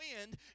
wind